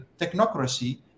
technocracy